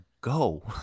go